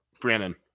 Brandon